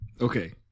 Okay